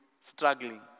struggling